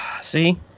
See